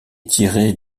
tirées